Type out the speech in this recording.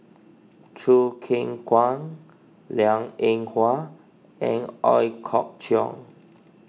Choo Keng Kwang Liang Eng Hwa and Ooi Kok Chuen